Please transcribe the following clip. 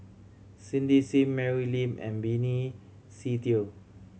Cindy Sim Mary Lim and Benny Se Teo